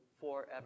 forever